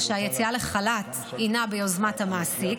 שהיציאה לחל"ת הינה ביוזמת המעסיק,